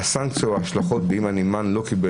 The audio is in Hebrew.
הסנקציות או ההשלכות אם הנמען לא קיבל